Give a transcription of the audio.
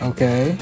Okay